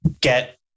get